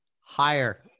Higher